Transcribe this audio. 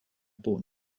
bought